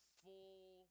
full